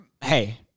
hey